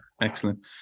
excellent